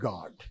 God